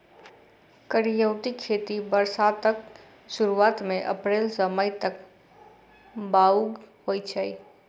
करियौती खेती बरसातक सुरुआत मे अप्रैल सँ मई तक बाउग होइ छै